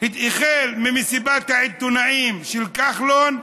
החל ממסיבת העיתונאים של כחלון: